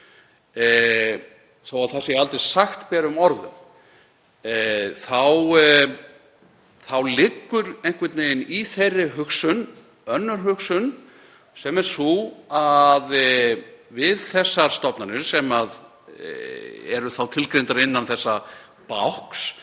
þó að það sé aldrei sagt berum orðum þá liggur einhvern veginn í þeirri hugsun önnur hugsun sem er sú að við þær stofnanir, sem eru þá tilgreindar innan þessa bákns,